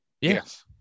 Yes